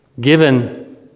given